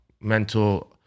mental